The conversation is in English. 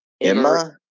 emma